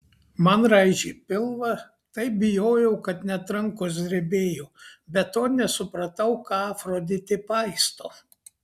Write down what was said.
man raižė pilvą taip bijojau kad net rankos drebėjo be to nesupratau ką afroditė paisto